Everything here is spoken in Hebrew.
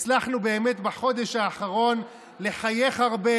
הצלחנו באמת בחודש האחרון לחייך הרבה